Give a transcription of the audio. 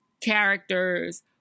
characters